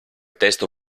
testo